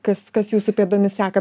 kas kas jūsų pėdomis seka